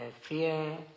Fear